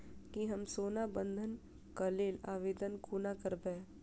की हम सोना बंधन कऽ लेल आवेदन कोना करबै?